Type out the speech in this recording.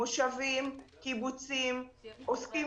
מושבים, קיבוצים, עוסקים